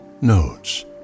notes